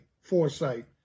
foresight